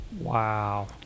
Wow